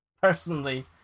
Personally